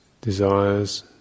desires